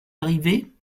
arrivée